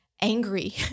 angry